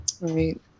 Right